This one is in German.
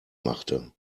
machte